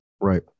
right